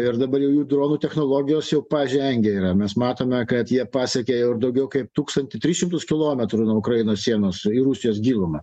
ir dabar jau jų dronų technologijos jau pažengę yra mes matome kad jie pasiekė jau daugiau kaip tūkstantį tris šimtus kilometrų nuo ukrainos sienos į rusijos gilumą